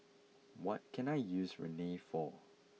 what can I use Rene for